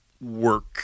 work